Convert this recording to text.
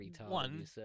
one